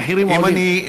המחירים עולים.